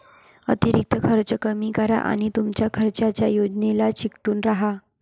अतिरिक्त खर्च कमी करा आणि तुमच्या खर्चाच्या योजनेला चिकटून राहा